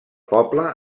poble